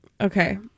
Okay